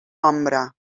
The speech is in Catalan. ombra